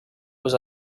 was